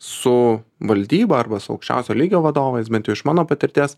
su valdyba arba su aukščiausio lygio vadovais bent jau iš mano patirties